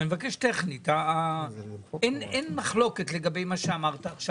הבקשה שלי היא טכנית אין מחלוקת לגבי מה שאמרת עכשיו.